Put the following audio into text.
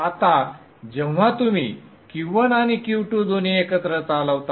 आता जेव्हा तुम्ही Q1 आणि Q2 दोन्ही एकत्र चालवता